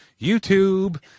YouTube